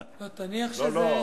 לא, תניח שזה --- לא, לא.